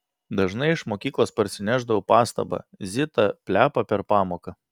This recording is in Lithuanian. dažnai iš mokyklos parsinešdavau pastabą zita plepa per pamoką